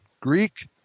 Greek